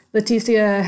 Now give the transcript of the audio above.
Leticia